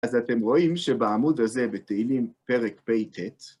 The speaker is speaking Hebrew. אז אתם רואים שבעמוד הזה בתהילים פרק פ"ט,